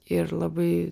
ir labai